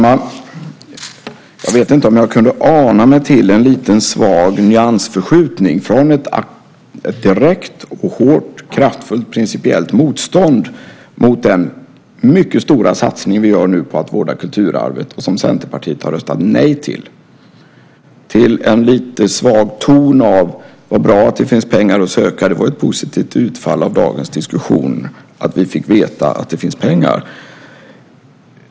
Herr talman! Jag kunde ana mig till en liten svag nyansförskjutning från ett direkt, hårt, kraftfullt, principiellt motstånd mot den mycket stora satsning vi gör nu på att vårda kulturarvet och som Centerpartiet har röstat nej till till en lite svag ton av: Vad bra att det finns pengar att söka. Det var ett positivt utfall av dagens diskussion att vi fick veta att det finns pengar.